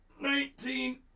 nineteen